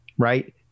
right